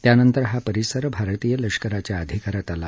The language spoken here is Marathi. त्यानंतर हा परिसर भारतीय लष्कराच्या अधिकारात आला